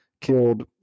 killed